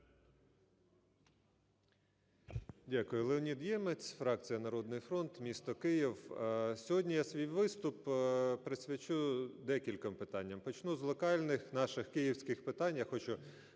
Дякую. Леонід Ємець, фракція "Народний фронт", місто Київ. Сьогодні я свій виступ я присвячу декільком питанням. Почну з локальних наших київських питань.